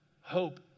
hope